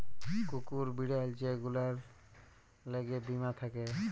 কুকুর, বিড়াল যে গুলার ল্যাগে বীমা থ্যাকে